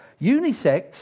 Unisex